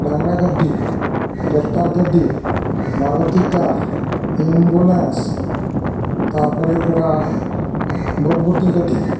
ᱰᱟᱝᱨᱟ ᱜᱟᱹᱰᱤ ᱴᱨᱮᱠᱴᱟᱨ ᱜᱟᱹᱰᱤ ᱢᱟᱨᱚᱛᱤ ᱠᱟᱨ ᱮᱢᱵᱩᱞᱮᱱᱥ ᱛᱟᱨᱯᱚᱨᱮ ᱦᱩᱭᱩᱜ ᱠᱟᱱᱟ ᱵᱚᱴᱵᱚᱴᱤ ᱜᱟᱹᱰᱤ